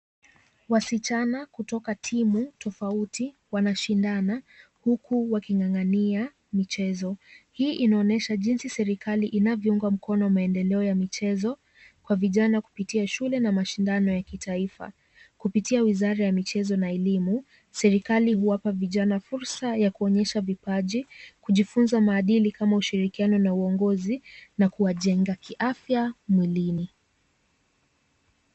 Wasichana kutoka timu tofauti wanashindana, huku waking'ang'ania michezo. Hii inaonyesha jinsi serikali inavyounga mkono maendeleo ya michezo kwa vijana, kupitia shule na mashindano ya kitaifa. Kupitia wizara ya michezo na elimu, serikali huwapa vijana fursa ya kuonyesha vipaji, kujifunza maadili kama ushirikiano na uongozi, na kuwajenga kiafya mwilini.